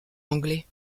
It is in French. anglais